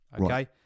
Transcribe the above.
okay